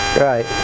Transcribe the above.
right